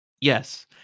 Yes